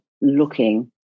looking